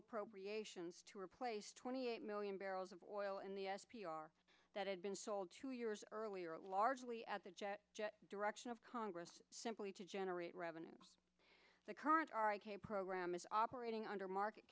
appropriations to replace twenty eight million barrels of oil and the s p r that had been sold two years earlier largely at the direction of congress simply to generate revenue the current program is operating under market